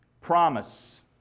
Promise